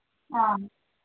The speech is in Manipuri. ꯑ